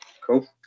Cool